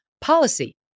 policy